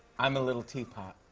i'm a little teapot.